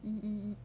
um